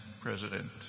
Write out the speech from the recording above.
President